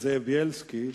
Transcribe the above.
תודה לחבר הכנסת זאב בילסקי.